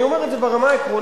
אני אומר את זה ברמה העקרונית,